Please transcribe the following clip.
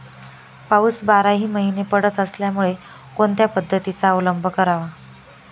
पाऊस बाराही महिने पडत असल्यामुळे कोणत्या पद्धतीचा अवलंब करावा?